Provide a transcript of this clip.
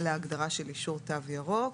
להגדרה של אישור תו ירוק.